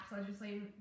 legislative